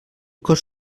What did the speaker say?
cost